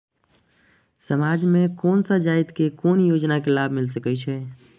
समाज में कोन सा जाति के कोन योजना के लाभ मिल सके छै?